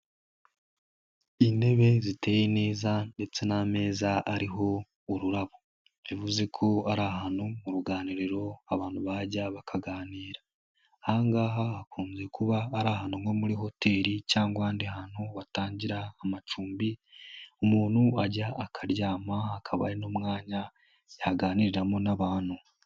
Intebe ziteye neza ndetse n'ameza ariho ururabo, bivuze ko ari ahantu mu ruganiriro abantu bajya bakaganira, aha ngaha hakunze kuba ari ahantu nko muri hoteri cyangwa ahandi hantu batangira amacumbi umuntu ajya akaryama hakaba hari n'umwanya yaganiriramo n'abantu.